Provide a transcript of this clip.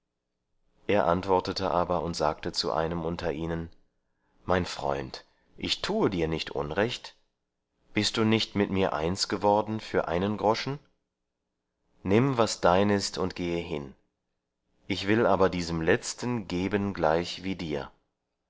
er antwortete aber und sagte zu einem unter ihnen mein freund ich tue dir nicht unrecht bist du nicht mit mir eins geworden für einen groschen nimm was dein ist und gehe hin ich will aber diesem letzten geben gleich wie dir